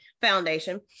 Foundation